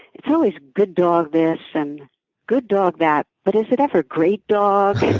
it's always good dog this and good dog that, but is it ever great dog?